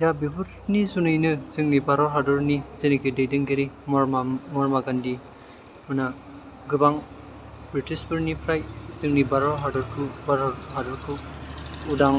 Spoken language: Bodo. दा बेफोरनि जुनैनो जोंनि भारत हादरनि जेनाकि दैदेनगिरि महात्मा गान्धी मोना गोबां बृटिसफोरनिफ्राय जोंनि भारत हादरखौ उदां